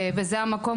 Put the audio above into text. וזה המקום,